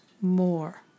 more